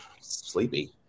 Sleepy